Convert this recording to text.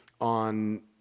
on